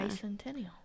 Centennial